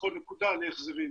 בכל נקודה להחזרים.